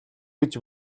гэж